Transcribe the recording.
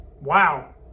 Wow